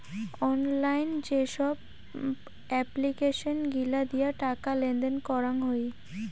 online যেসব application গিলা দিয়ে টাকা লেনদেন করাঙ হউ